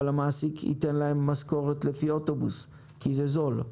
המעסיק ייתן להם משכורת לפי נסיעה באוטובוס כי זה זול יותר.